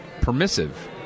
permissive